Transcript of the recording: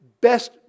best